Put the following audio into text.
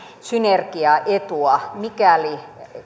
synergiaetua mikäli